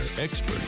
expert